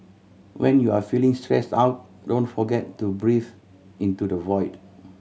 when you are feeling stressed out don't forget to breathe into the void